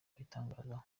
abitangazaho